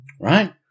right